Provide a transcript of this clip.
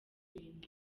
ibintu